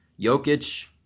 Jokic